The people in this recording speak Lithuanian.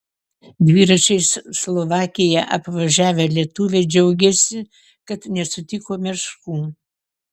dviračiais slovakiją apvažiavę lietuviai džiaugiasi kad nesutiko meškų